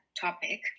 topic